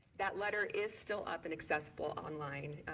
that letter is still up and accessible online,